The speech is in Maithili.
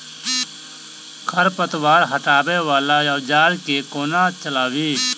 खरपतवार हटावय वला औजार केँ कोना चलाबी?